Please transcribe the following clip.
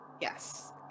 Yes